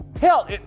Hell